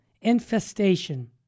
infestation